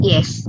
Yes